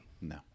No